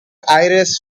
ayres